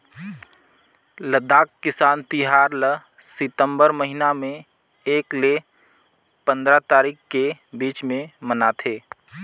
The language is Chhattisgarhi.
लद्दाख किसान तिहार ल सितंबर महिना में एक ले पंदरा तारीख के बीच में मनाथे